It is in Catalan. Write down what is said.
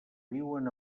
viuen